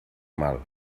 mal